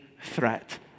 threat